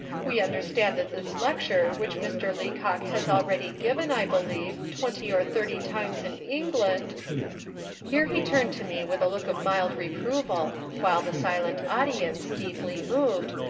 we understand that this lecture which mr. leacock has already given, i believe, twenty or thirty times in england here he turned to me with a look of mild reproval while the silent audience, deeply moved,